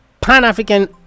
Pan-African